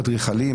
אדריכלים,